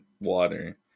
water